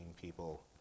people